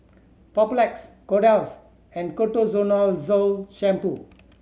Papulex Kordel's and Ketoconazole Shampoo